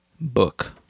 book